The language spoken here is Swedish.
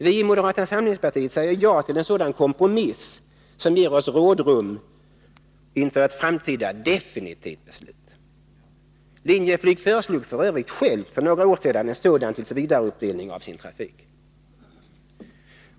Vi i moderata samlingspartiet säger ja till en sådan kompromiss, som ger oss rådrum inför ett framtida definitivt beslut. Linjeflyg föreslog f. ö. självt för några år sedan en sådan tillsvidare-uppdelning av sin trafik.